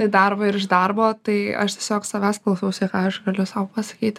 į darbą ir iš darbo tai aš tiesiog savęs klausausi ką aš galiu sau pasakyt